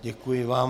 Děkuji vám.